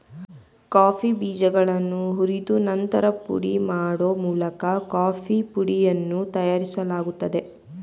coffee ಬೀಜಗಳನ್ನು ಹುರಿದು ನಂತರ ಪುಡಿ ಮಾಡೋ ಮೂಲಕ ಕಾಫೀ ಪುಡಿಯನ್ನು ತಯಾರಿಸಲಾಗ್ತದೆ